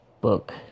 book